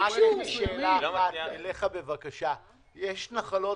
יש נחלות